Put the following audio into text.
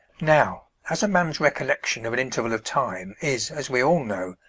now, as a man's recollection of an interval of time is, as we all know,